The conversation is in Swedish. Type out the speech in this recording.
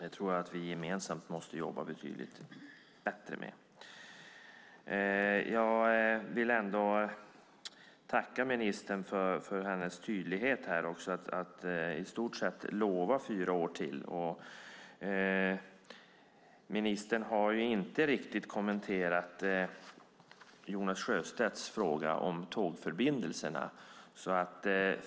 Det tror jag att vi gemensamt måste jobba betydligt bättre med. Jag vill ändå tacka ministern för hennes tydlighet här att i stort sett lova fyra år till. Ministern har inte riktigt kommenterat Jonas Sjöstedts fråga om tågförbindelserna.